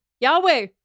Yahweh